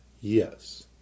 Yes